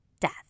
death